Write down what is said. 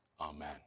Amen